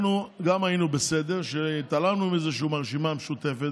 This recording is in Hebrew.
אנחנו גם היינו בסדר שהתעלמנו מזה שהוא מהרשימה המשותפת